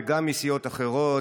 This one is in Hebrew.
וגם מסיעות אחרות,